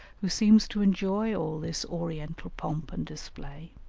who seems to enjoy all this oriental pomp and display.